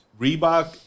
Reebok